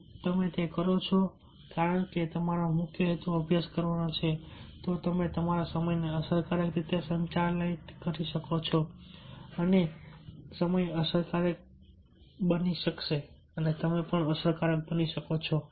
જો તમે તે કરો છો કારણ કે તમારો મુખ્ય હેતુ અભ્યાસ કરવાનો છે તો તમે તમારા સમયને અસરકારક રીતે સંચાલિત કરી શકો છો અને અસરકારક બની શકો છો